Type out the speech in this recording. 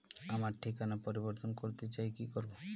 আমার ঠিকানা পরিবর্তন করতে চাই কী করব?